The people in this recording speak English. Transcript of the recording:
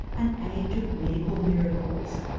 an age of medical miracles.